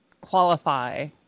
qualify